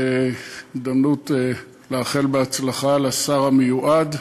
הזדמנות לאחל בהצלחה לשר המיועד.